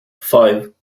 five